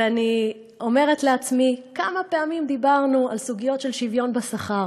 ואני אומרת לעצמי: כמה פעמים דיברנו על הסוגיה של השוויון בשכר,